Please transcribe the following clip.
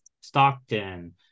Stockton